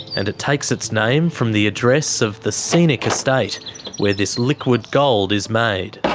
and it takes its name from the address of the scenic estate where this liquid gold is made.